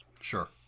Sure